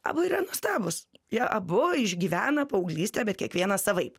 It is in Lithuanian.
abu yra nuostabūs jie abu išgyvena paauglystę bet kiekvienas savaip